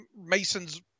Mason's